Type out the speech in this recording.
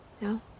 no